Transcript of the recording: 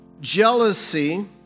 jealousy